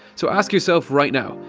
so ask yourself right now.